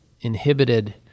inhibited